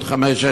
בעוד חמש,